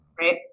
right